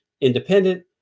independent